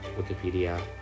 Wikipedia